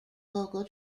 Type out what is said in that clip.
vocal